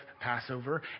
Passover